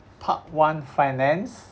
part one finance